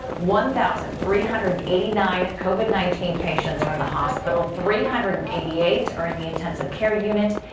one thousand three hundred and eighty nine covid nineteen patients are in the hospital three hundred and eighty eight are in the intensive care unit.